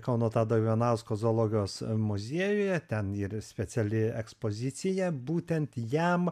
kauno tado ivanausko zoologijos muziejuje ten yra speciali ekspozicija būtent jam